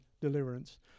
deliverance